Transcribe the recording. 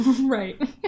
Right